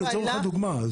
לצורך הדוגמה.